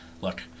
look